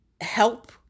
help